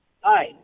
Hi